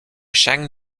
shang